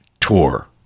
tour